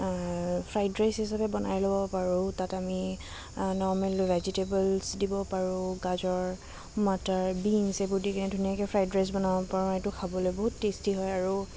fried rice হিচাপে বনাই ল'ব পাৰোঁ তাত আমি নৰ্মেল ভেজিটেবলছ দিব পাৰোঁ গাজৰ মটাৰ বিন্ছ এইবোৰ দি কিনে ধুনীয়াকৈ ফ্ৰাইড ৰাইচ বনাব পাৰোঁ এইটো খাবলৈ বহুত টেষ্টি হয় আৰু